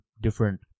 different